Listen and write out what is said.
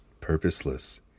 purposeless